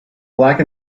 black